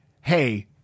hey